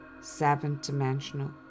seven-dimensional